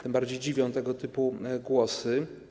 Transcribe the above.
Tym bardziej dziwią tego typu głosy.